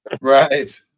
Right